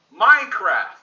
Minecraft